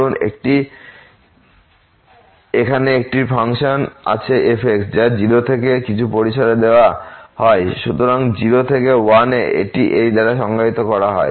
ধরুন এখানে একটি ফাংশন আছে f যা 0 থেকে কিছু পরিসরে দেওয়া হয় 0 থেকে 1 এ এটি এই দ্বারা সংজ্ঞায়িত করা হয়